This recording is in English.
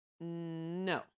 No